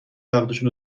عقدشون